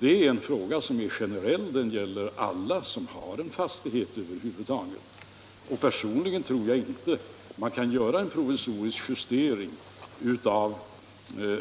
Det är ett generellt problem, som gäller alla som har en fastighet över huvud taget. Personligen tror jag inte att man kan göra en provisorisk justering av